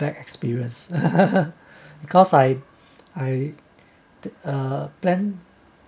bad experience because I I th~ uh plan